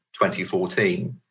2014